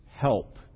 help